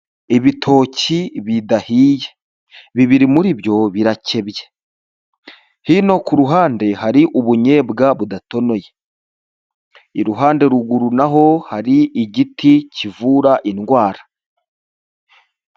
Ibitoki bidahiye, bibiri muri byo birakebye, hino kuruhande hari ubunyobwa budatonoye, iruhande ruguru naho hari igiti kivura indwara.